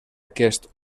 aquest